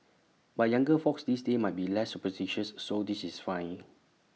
but younger folks these days might be less superstitious so this is fine